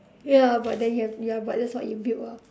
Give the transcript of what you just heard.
ya but then you have ya but that's what you build ah